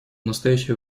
настоящее